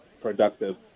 productive